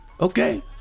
Okay